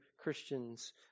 Christians